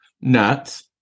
nuts